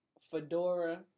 fedora